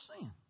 sin